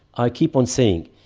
i keep on saying,